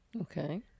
Okay